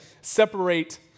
separate